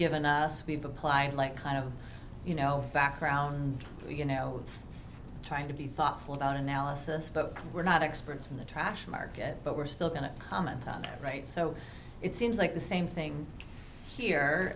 given us we've applied like kind of you know background you know trying to be thoughtful about analysis but we're not experts in the trash market but we're still going to comment on that right so it seems like the same thing here